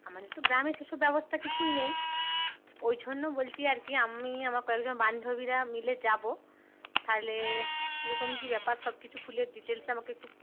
আমাদের তো গ্রামে সেসব ব্যবস্থা কিছুই নেই ওই জন্য বলছি আর কি আমি আমার কয়েকজন বান্ধবীরা মিলে যাবো তাহলে কিরকম কি ব্যাপার সবকিছু খুলে ডিটেলসে আমাকে একটু